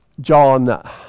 John